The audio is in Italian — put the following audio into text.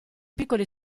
piccoli